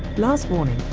last warning